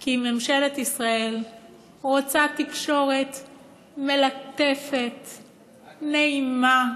כי ממשלת ישראל רוצה תקשורת מלטפת, נעימה,